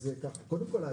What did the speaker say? קודם כול,